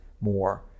more